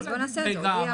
אז בוא נעשה להודיע.